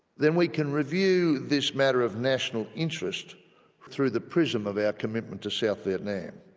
then we can review this matter of national interest through the prism of our commitment to south vietnam.